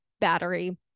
battery